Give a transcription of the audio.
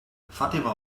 fatima